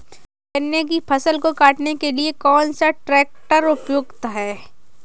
गन्ने की फसल को काटने के लिए कौन सा ट्रैक्टर उपयुक्त है?